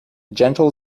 gentle